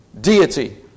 Deity